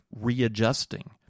readjusting